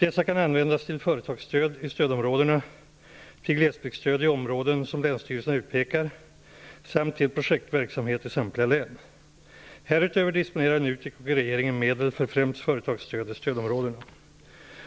Dessa kan användas till företagsstöd i stödområdena, till glesbygdsstöd i områden som länsstyrelserna utpekar samt till projektverksamhet i samtliga län. Härutöver disponerar NUTEK och regeringen medel för främst företagsstöd i stödområdena.